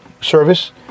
service